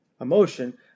emotion